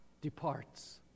departs